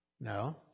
No